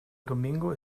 domingo